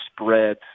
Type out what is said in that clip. spread